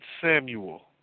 Samuel